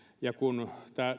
ja kun